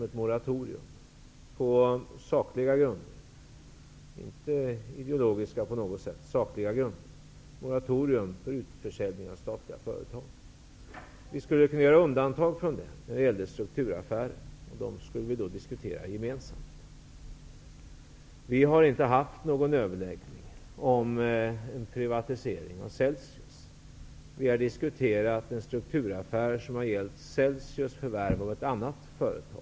Då var vi på sakliga grunder, inte ideologiska, överens om ett moratorium för utförsäljning av statliga företag. Vi skulle kunna göra undantag från detta när det gällde strukturaffärer. Dem skulle vi diskutera gemensamt. Vi har inte haft någon överläggning om privatisering av Celsius. Vi har diskuterat en strukturaffär som har gällt Ceslius förvärv av ett annat företag.